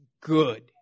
good